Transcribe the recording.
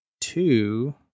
two